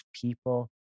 people